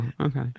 Okay